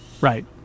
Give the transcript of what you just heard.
right